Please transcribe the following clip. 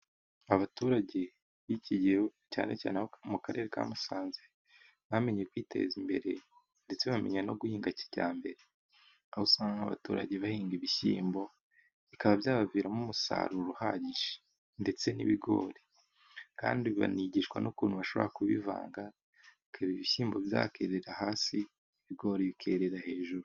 Abaturage b'iki gihe cyane cyane abo mu karere ka Musanze, bamenye kwiteza imbere ndetse bamenya no guhinga kijyambere. Aho usanga abaturage bahinga ibishyimbo, bikaba byabaviramo umusaruro uhagije ndetse n'ibigori. Kandi banigishwa n'ukuntu bashobora kubivanga, bikaba ibishyimbo byakerera hasi, ibigori bikerera hejuru.